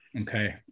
Okay